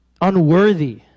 unworthy